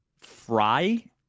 fry